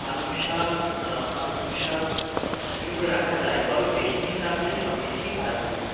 পালং শাক পালং শাক স্টোর করে রাখা যায় তবে বেশি দিন রাখলে সব জিনিসই খারাপ হয়ে যায়